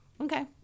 Okay